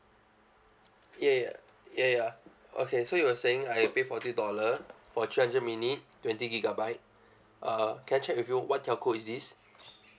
ya ya ya ya okay so you were saying I pay forty dollar for three hundred minute twenty gigabyte uh can I check with you what telco is this